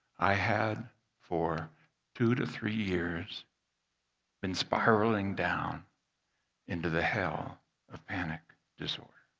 i had for two to three years been spiraling down into the hell of panic disorder.